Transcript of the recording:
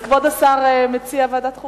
אז כבוד השר מציע ועדת חוקה?